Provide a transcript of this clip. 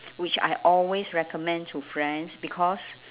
which I always recommend to friends because